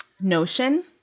notion